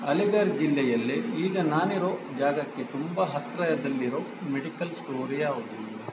ಅಲೀಘರ್ ಜಿಲ್ಲೆಯಲ್ಲಿ ಈಗ ನಾನಿರೋ ಜಾಗಕ್ಕೆ ತುಂಬ ಹತ್ತಿರದಲ್ಲಿರೋ ಮೆಡಿಕಲ್ ಸ್ಟೋರ್ ಯಾವುದು